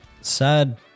sad